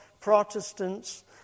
Protestants